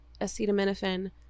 acetaminophen